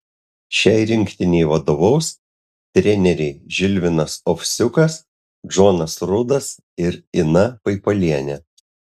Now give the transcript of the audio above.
šiai rinktinei vadovaus treneriai žilvinas ovsiukas džonas rudas ir ina paipalienė